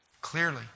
Clearly